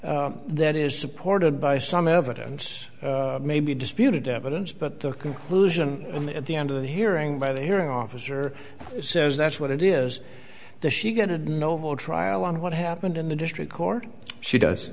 that is supported by some evidence maybe disputed evidence but the conclusion at the end of the hearing by the hearing officer says that's what it is that she get an overall trial on what happened in the district court she does